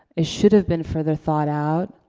it should have been further thought out.